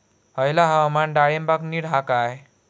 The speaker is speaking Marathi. हयला हवामान डाळींबाक नीट हा काय?